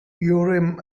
urim